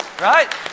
right